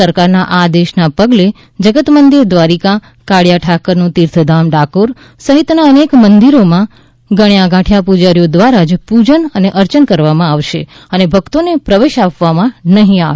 સરકારના આ આદેશના પગલે જગતમંદિર દ્વારિકા કાળિયા ઠાકરનું તીર્થધામ ડાકોર સહિત અનેક મંદિરોમાં ગસ્યાગાંઠ્યા પૂજારીઓ દ્વારા જ પૂજન અર્ચન કરવામાં આવશે અને ભક્તોને પ્રવેશ આપવામાં નહીં આવે